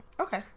Okay